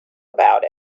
about